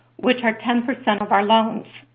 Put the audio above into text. which are ten percent of our loans.